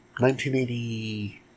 1980-